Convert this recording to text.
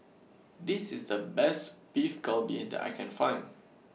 This IS The Best Beef Galbi that I Can Find